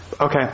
Okay